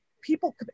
people